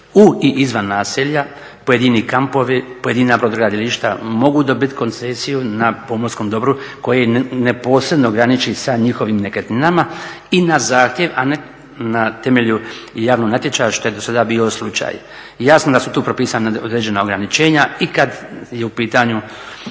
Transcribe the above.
u i izvan naselja, pojedini kampovi, pojedina brodogradilišta mogu dobiti koncesiju na pomorskom dobru koje neposredno graniči sa njihovim nekretninama i na zahtjev a ne na temelju javnog natječaja što je do sada bio slučaj. Jasno da su to propisana određena ograničenja i kada su u pitanju